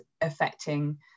affecting